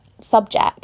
subject